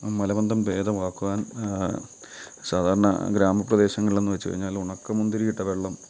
മലബന്ധം ഭേദമാക്കുവാൻ സാധാരണ ഗ്രാമപ്രദേശങ്ങളിലെന്ന് വെച്ച് കഴിഞ്ഞാൽ ഉണക്കമുന്തിരി ഇട്ട വെള്ളം